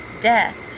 death